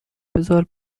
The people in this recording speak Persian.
بزار